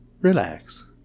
relax